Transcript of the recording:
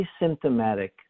asymptomatic